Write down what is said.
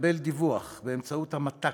התקבל דיווח באמצעות המת"ק,